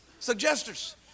suggesters